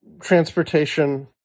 transportation